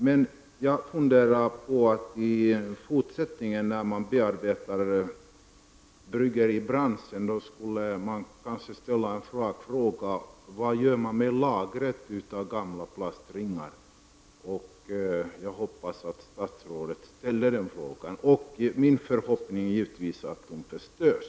Men när man då i fortsättningen bearbetar bryggeribranschen, skulle man kanske ställa en rak fråga: Vad gör ni med lagret av gamla plastringar? Jag hoppas att statsrådet ställer den frågan. Min förhoppning är givetvis att de förstörs.